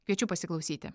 kviečiu pasiklausyti